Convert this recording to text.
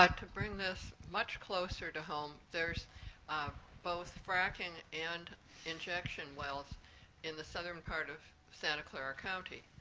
but to bring this much closer to home, there's ah both fracking and injection wells in the southern part of santa clara county.